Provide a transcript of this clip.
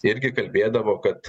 irgi kalbėdavo kad